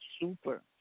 Super